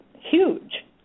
huge